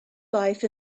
life